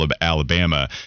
Alabama